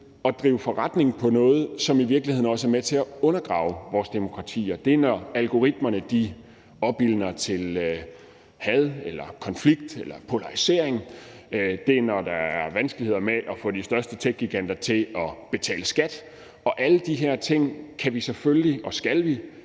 at drive forretning på noget, som i virkeligheden også er med til at undergrave vores demokratier. Det er, når algoritmerne bevirker, at der opildnes til had eller konflikt eller polarisering. Det er, når der er vanskeligheder med at få de største techgiganter til at betale skat. Alle de her ting kan og skal vi